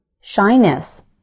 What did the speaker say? Shyness